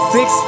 Six